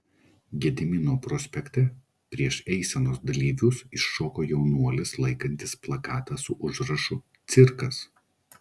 gedimino prospekte prieš eisenos dalyvius iššoko jaunuolis laikantis plakatą su užrašu cirkas